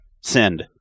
Send